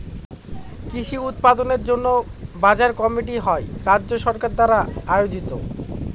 কৃষি উৎপাদনের জন্য বাজার কমিটি হয় রাজ্য সরকার দ্বারা আয়োজিত